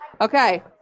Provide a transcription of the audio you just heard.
Okay